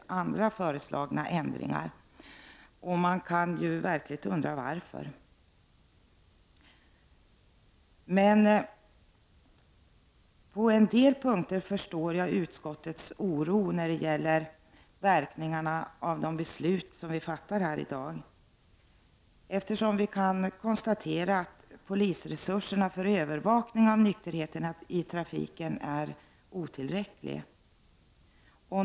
Man kan verkligen undra vad som är orsaken till denna inställning. Jag förstår utskottets oro på en del punkter med tanke på verkningarna av de beslut som vi kommer att fatta i dag, eftersom polisresurserna för övervakning av nykterheten i trafiken kan konstateras vara otillräckliga.